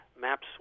maps